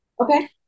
Okay